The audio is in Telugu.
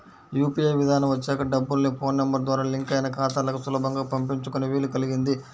యూ.పీ.ఐ విధానం వచ్చాక డబ్బుల్ని ఫోన్ నెంబర్ ద్వారా లింక్ అయిన ఖాతాలకు సులభంగా పంపించుకునే వీలు కల్గింది